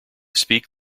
speak